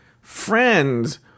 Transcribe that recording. friends